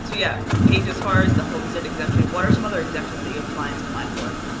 so yeah paige, as far as the homestead exemption, what are some other exemptions that you have clients apply for?